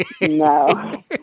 No